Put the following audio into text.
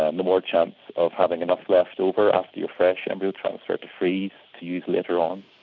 ah and the more chance of having enough left over after your fresh embryo transfer to freeze to use later on.